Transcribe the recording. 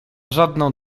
żadną